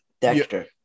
Dexter